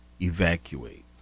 Evacuate